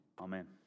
Amen